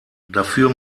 dafür